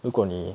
如果你